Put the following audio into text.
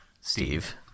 Steve